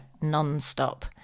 non-stop